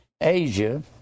Asia